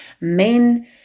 Men